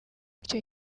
icyo